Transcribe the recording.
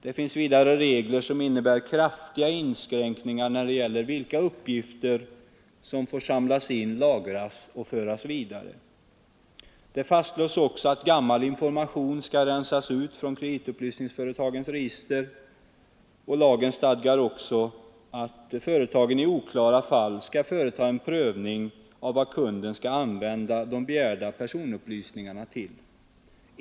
Det finns vidare regler som innebär kraftiga inskränkningar när det gäller vilka uppgifter som får samlas in, lagras och föras vidare. Det fastslås också att gammal information skall rensas ut från kreditupplysningsföretagens register. Lagen stadgar vidare att företagen i oklara fall skall företa en prövning av vad kunden skall använda de begärda personupplysningarna till.